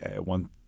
one